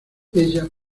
ella